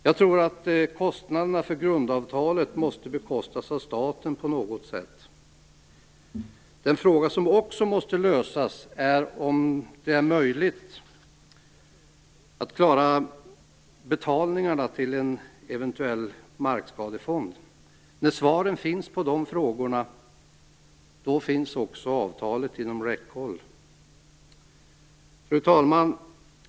Jag tror att kostnaderna för grundavtalet måste bekostas av staten på något sätt. En fråga som också måste lösas är om det är möjligt att klara betalningarna till en eventuell markskadefond. När svaren finns på de frågorna, då finns också avtalet inom räckhåll. Fru talman!